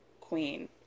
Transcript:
queen